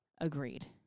Agreed